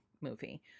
movie